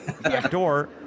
Backdoor